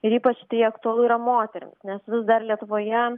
ir ypač tai aktualu yra moterims nes vis dar lietuvoje